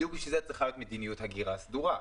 בדיוק לשם כך צריכה להיות מדיניות הגירה סדורה.